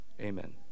Amen